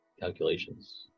Calculations